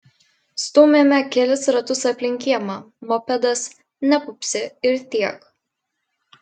stūmėme kelis ratus aplink kiemą mopedas nepupsi ir tiek